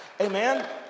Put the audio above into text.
Amen